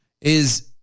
is-